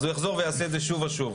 אז הוא יחזור ויעשה את זה שוב ושוב,